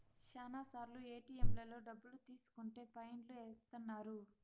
శ్యానా సార్లు ఏటిఎంలలో డబ్బులు తీసుకుంటే ఫైన్ లు ఏత్తన్నారు